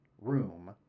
room